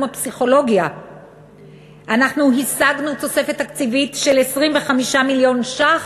הפסיכולוגיה השגנו תוספת תקציבית של 25 מיליון ש"ח